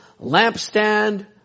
lampstand